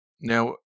now